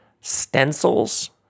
stencils